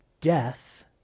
death